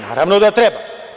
Naravno da treba.